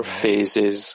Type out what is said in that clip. phases